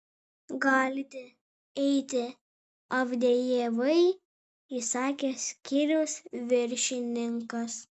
galite eiti avdejevai įsakė skyriaus viršininkas